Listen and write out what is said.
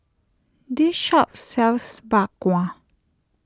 this shop sells Bak Kwa